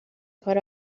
کار